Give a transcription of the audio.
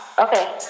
okay